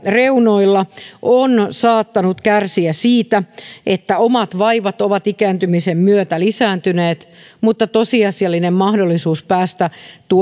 reunoilla on saattanut kärsiä siitä että omat vaivat ovat ikääntymisen myötä lisääntyneet mutta tosiasiallista mahdollisuutta päästä